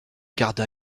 garda